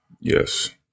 Yes